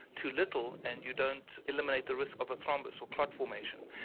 too little and you don't eliminate the risk of a thrombosis or clot formation.